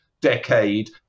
decade